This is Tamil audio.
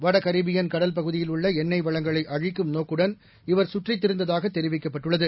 வட கரீபியன் கடல்பகுதியில் உள்ள எண்ணெய் வளங்களை அழிக்கும் நோக்குடன் இவர் சுற்றித் திரிந்ததாக தெரிவிக்கப்பட்டுள்ளது